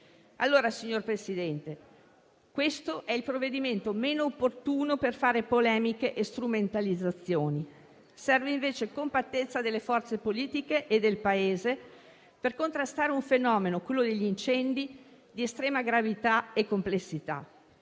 Stato. Signor Presidente, questo è il provvedimento meno opportuno per fare polemiche e strumentalizzazioni; serve invece compattezza delle forze politiche e del Paese per contrastare un fenomeno, quello degli incendi, di estrema gravità e complessità.